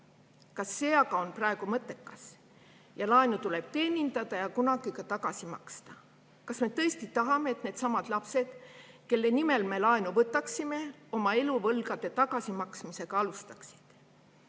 Kas see aga on praegu mõttekas? Laenu tuleb teenindada ja kunagi ka tagasi maksta. Kas me tõesti tahame, et needsamad lapsed, kelle nimel me laenu võtaksime, oma elu võlgade tagasimaksmisega alustaksid?